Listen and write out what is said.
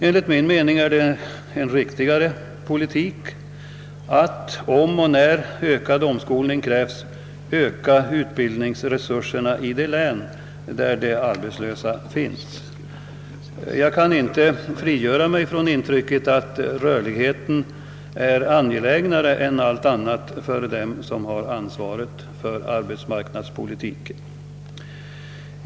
Enligt min mening är det en riktigare politik att, om och när ökad omskolning krävs, öka utbildningsresurserna i de län där de arbetslösa finns. Jag kan inte frigöra mig från intrycket att rörligheten är angelägnare än allt annat för dem som har ansvaret för arbetsmarknadspoliti ken.